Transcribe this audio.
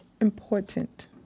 important